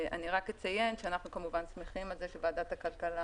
אני רק אציין שאנחנו מאוד שמחים על זה שוועדת הכלכלה